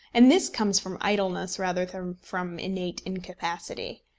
and this comes from idleness rather than from innate incapacity.